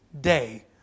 day